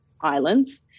islands